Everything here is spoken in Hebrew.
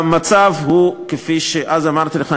המצב הוא כפי שאז אמרתי לך,